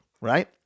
right